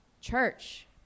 Church